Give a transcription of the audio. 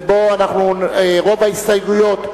ובו רוב ההסתייגויות,